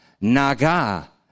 naga